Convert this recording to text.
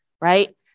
right